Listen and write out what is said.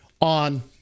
on